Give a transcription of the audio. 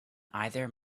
either